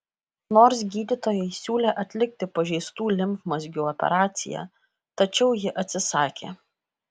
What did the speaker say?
nors gydytojai siūlė atlikti pažeistų limfmazgių operaciją tačiau ji atsisakė